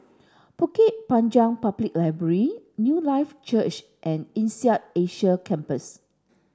Bukit Panjang Public Library Newlife Church and INSEAD Asia Campus